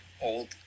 old